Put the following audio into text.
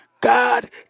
God